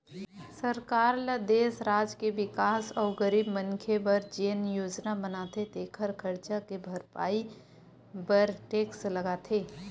सरकार ल देस, राज के बिकास अउ गरीब मनखे बर जेन योजना बनाथे तेखर खरचा के भरपाई बर टेक्स लगाथे